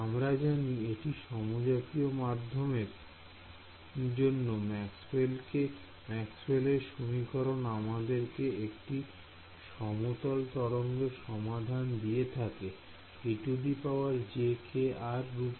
আমরা জানি একটি সমজাতীয় মাধ্যমের জন্য ম্যাক্সওয়েল এর সমীকরণ আমাদেরকে একটি সমতল তরঙ্গ সমাধান দিয়ে থাকে রূপে